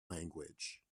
language